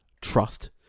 Trust